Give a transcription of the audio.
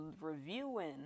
reviewing